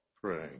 praying